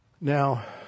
Now